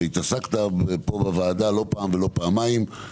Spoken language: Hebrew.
והתעסקת פה בוועדה לא פעם ולא פעמיים.